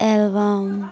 album